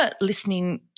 listening